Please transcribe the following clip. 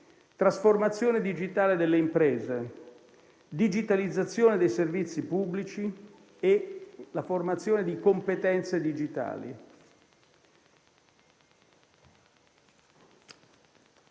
trasformazione digitale delle imprese, digitalizzazione dei servizi pubblici e la formazione di competenze digitali.